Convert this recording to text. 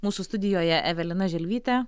mūsų studijoje evelina želvytė